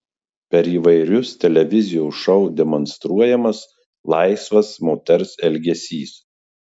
per įvairius televizijos šou demonstruojamas laisvas moters elgesys